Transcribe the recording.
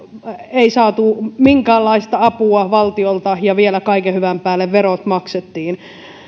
ei saatu minkäänlaista apua valtiolta ja vielä kaiken hyvän päälle verot maksettiin